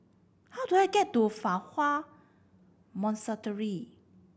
how do I get to Fa Hua